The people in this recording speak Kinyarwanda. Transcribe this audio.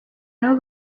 nabo